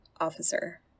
officer